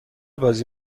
بازی